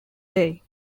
day